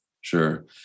Sure